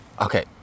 Okay